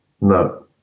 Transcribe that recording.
No